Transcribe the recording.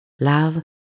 love